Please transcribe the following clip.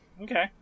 Okay